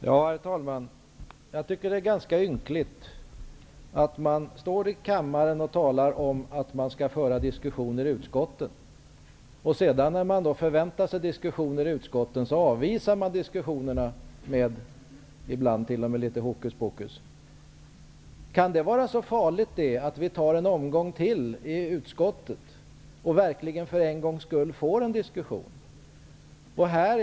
Herr talman! Jag tycker att det är ynkligt att man står i kammaren och talar om att man skall föra diskussioner i utskotten, och sedan när vi väntar oss diskussioner i utskotten avvisar man det, ibland t.o.m. med hokus pokus. Kan det vara så farligt att vi tar en omgång till i utskottet och verkligen för en gångs skull får till stånd en diskussion?